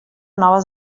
noves